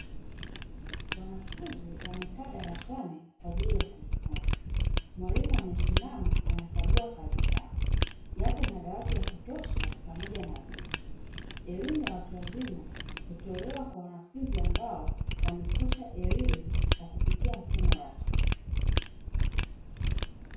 Wanafunzi wamekaa darasani kwaajili ya kujifunza, mwalimu amesimama anakagua kazi zao, yapo madawati ya kutosha pamoja na viti. Elimu ya watu wazima hutolewa kwa wanafunzi ambao wamekosa elimu kwa mfumo rasmi.